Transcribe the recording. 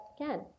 again